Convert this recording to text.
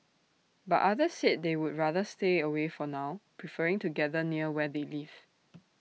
but others said they would rather stay away for now preferring to gather near where they live